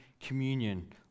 communion